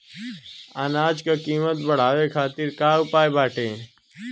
अनाज क कीमत बढ़ावे खातिर का उपाय बाटे?